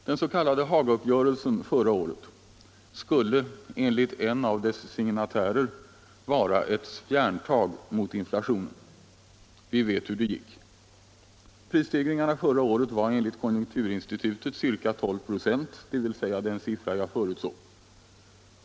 Den s.k. Hagauppgörelsen förra året skulle, enligt en av dess signatärer, vara ett ”spjärntag mot inflationen”. Vi vet hur det gick. Prisstegringarna förra året var enligt konjunkturinstitutet ca 12 96, dvs. den siffra jag förutsåg.